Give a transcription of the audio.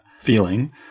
feeling